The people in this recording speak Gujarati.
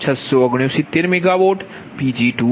669MW Pg2373